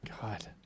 god